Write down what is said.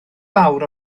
fawr